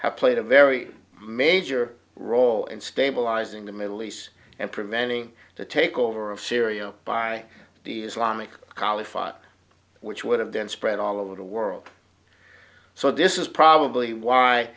have played a very major role in stabilizing the middle east and preventing the takeover of syria by the islamic college which would have then spread all over the world so this is probably why